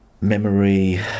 memory